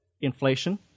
inflation